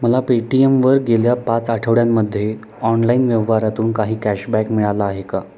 मला पेटीएमवर गेल्या पाच आठवड्यांमध्ये ऑनलाईन व्यवहारातून काही कॅशबॅक मिळाला आहे का